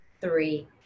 three